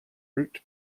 root